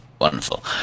wonderful